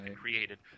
created